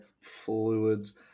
fluids